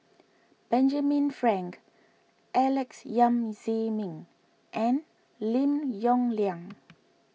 Benjamin Frank Alex Yam Ziming and Lim Yong Liang